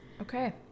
Okay